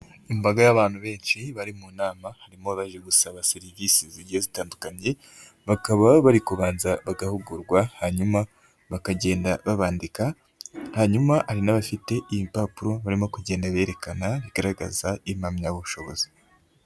Imbaga y'abantu benshi bari mu nama harimo abaje gusaba serivisi zigiye zitandukanye, bakaba bari kubanza bagahugurwa, hanyuma bakagenda babandika, hanyuma hari n'abafite ibipapuro barimo kugenda berekana bigaragaza impamyabushobozi.